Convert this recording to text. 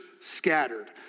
scattered